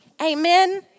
Amen